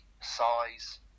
size